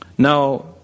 Now